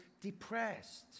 depressed